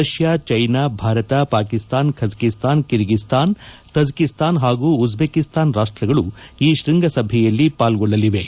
Russia China Bharat Pakistan Kazakhstan Kyrgyzstan Tajikistan ಹಾಗೂ Uzbekistan ರಾಷ್ಟಗಳು ಈ ಶ್ಬಂಗ ಸಭೆಯಲ್ಲಿ ಪಾಲ್ಗೊಳ್ಳಲಿವೆ